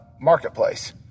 marketplace